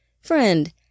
Friend